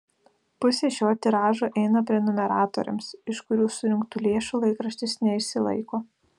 pusė šio tiražo eina prenumeratoriams iš kurių surinktų lėšų laikraštis neišsilaiko